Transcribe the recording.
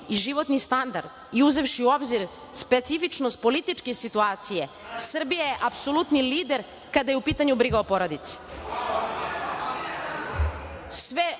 i životni standard i uzevši u obzir specifičnost političke situacije, Srbija je apsolutni lider kada je u pitanju briga o porodici. Sve